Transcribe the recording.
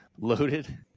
loaded